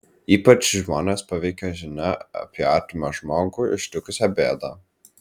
ypač žmones paveikia žinia apie artimą žmogų ištikusią bėdą